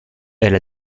elle